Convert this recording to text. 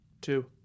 Two